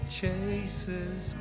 chases